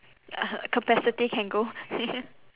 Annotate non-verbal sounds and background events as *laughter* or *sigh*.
uh capacity can go *noise*